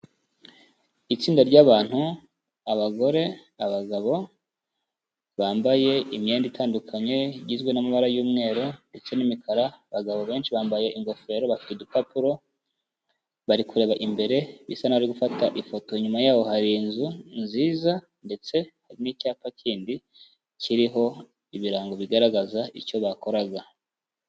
Itsinda ry'abantu abagore, abagabo bambaye imyenda itandukanye, igizwe n'amabara y'umweru ndetse n'imikara, abagabo benshi bambaye ingofero bafite udupapuro, bari kureba imbere bisa naho bari gufata ifoto, inyuma yaho hari inzu nziza ndetse hari n'icyapa kindi kiriho ibirango bigaragaza icyo bakoraga.